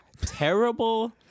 Terrible